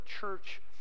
church